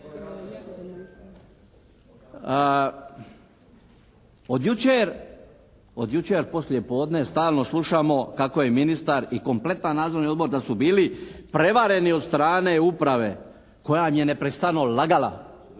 Od jučer poslijepodne stalno slušamo kako je ministar i kompletan nadzorni odbor da su bili prevareni od strane uprave koja im je neprestano lagala